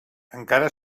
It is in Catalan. encara